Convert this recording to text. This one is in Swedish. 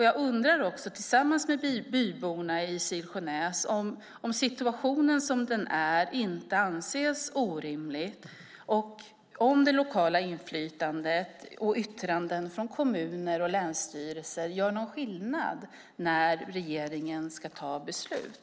Jag undrar också tillsammans med byborna i Silsjönäs om situationen som den är inte anses orimlig och om det lokala inflytandet och yttranden från kommuner och länsstyrelser gör någon skillnad när regeringen ska ta beslut.